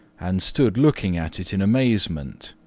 and stood looking at it in amazement.